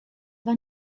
war